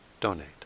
donate